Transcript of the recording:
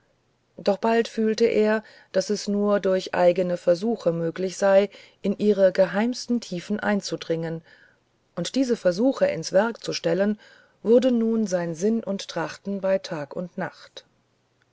doch fühlte er bald daß es nur durch eigene versuche möglich sei in ihre geheimsten tiefen einzudringen und diese versuche ins werk zu stellen wurde nun sein sinnen und trachten bei tag und bei nacht